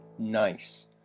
nice